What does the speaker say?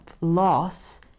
loss